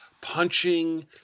Punching